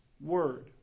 word